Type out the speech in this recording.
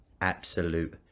absolute